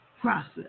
process